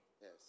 Yes